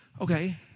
Okay